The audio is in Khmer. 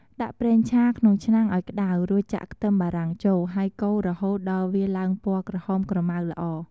ដាក់ប្រេងឆាក្នុងឆ្នាំងឱ្យក្ដៅ រួចចាក់ខ្ទឹមបារាំងចូល ហើយកូររហូតដល់វាឡើងពណ៌ក្រហមក្រម៉ៅល្អ។